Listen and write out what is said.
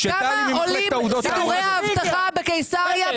כמה עולים סידורי האבטחה בקיסריה,